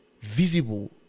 visible